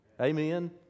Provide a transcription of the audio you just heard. Amen